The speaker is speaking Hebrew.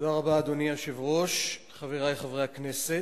אדוני היושב-ראש, תודה רבה, חברי חברי הכנסת,